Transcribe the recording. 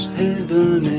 heaven